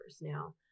now